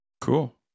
Cool